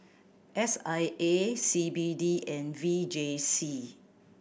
S I A C B D and V J C